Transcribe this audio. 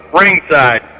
ringside